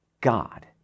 God